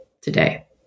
today